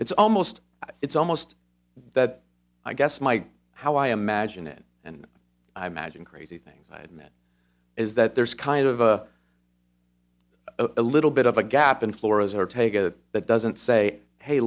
it's almost it's almost that i guess my how i imagine it and i imagine crazy things i admit is that there's kind of a a little bit of a gap in florida take a but doesn't say hey